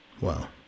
Wow